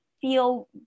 feel